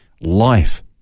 Life